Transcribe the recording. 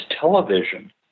television